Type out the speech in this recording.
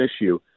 issue